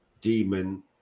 demon